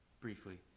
briefly